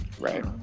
right